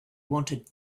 wanted